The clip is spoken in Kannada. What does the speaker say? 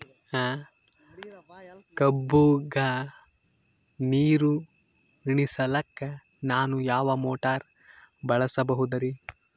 ಕಬ್ಬುಗ ನೀರುಣಿಸಲಕ ನಾನು ಯಾವ ಮೋಟಾರ್ ಬಳಸಬಹುದರಿ?